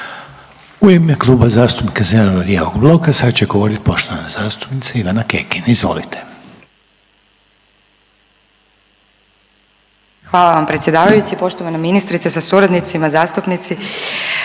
U ime Kluba zastupnika zeleno-lijevog bloka sad će govoriti poštovana zastupnica Ivana Kekin. Izvolite. **Kekin, Ivana (NL)** Hvala vam predsjedavajući, poštovana ministrice sa suradnicima, zastupnici.